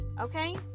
okay